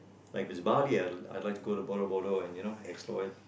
like if it's Bali I'll like to go Boroboro and you know explore it